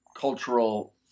cultural